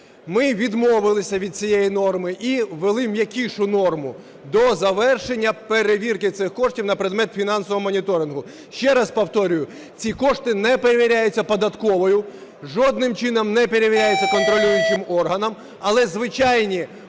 ми відмовилися від цієї норми і ввели м'якшу норму – до завершення перевірки цих коштів на предмет фінансового моніторингу. Ще раз повторюю, ці кошти не перевіряються податковою, жодним чином не перевіряються контролюючим органом, але звичайні